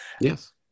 Yes